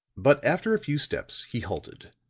but after a few steps he halted.